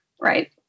Right